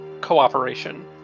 cooperation